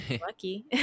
lucky